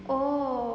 oh